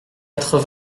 quatre